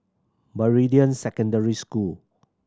Meridian Secondary School